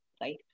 right